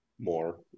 More